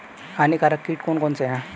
हानिकारक कीट कौन कौन से हैं?